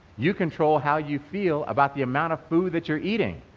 you control how you feel about the amount of food that you're eating,